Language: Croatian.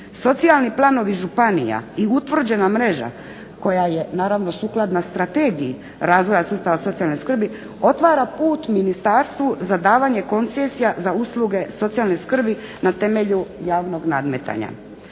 Socijalni planovi županija i utvrđena mreža koja je naravno sukladna Strategiji razvoja socijalne skrbi otvara put ministarstvu za davanje koncesija za usluge socijalne skrbi na temelju javnog nadmetanja.